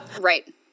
Right